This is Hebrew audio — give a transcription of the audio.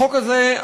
החוק הזה,